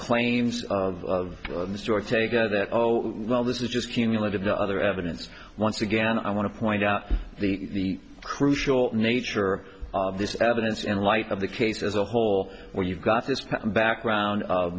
out of it oh well this is just cumulative the other evidence once again i want to point out the crucial nature of this evidence in light of the case as a whole where you've got this background of